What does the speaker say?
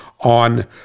on